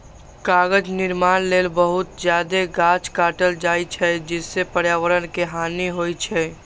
कागज निर्माण लेल बहुत जादे गाछ काटल जाइ छै, जइसे पर्यावरण के हानि होइ छै